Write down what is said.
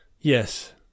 Yes